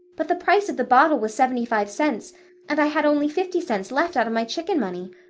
but the price of the bottle was seventy-five cents and i had only fifty cents left out of my chicken money.